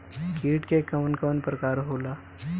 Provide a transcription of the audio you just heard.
कीट के कवन कवन प्रकार होला?